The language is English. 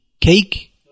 Cake